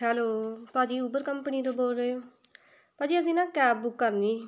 hello ਭਾਅ ਜੀ Uber company ਤੋਂ ਬੋਲ ਰਹੇ ਹੋ ਭਾਅ ਜੀ ਅਸੀਂ ਨਾ ਕੈਬ ਬੁੱਕ ਕਰਨੀ ਸੀ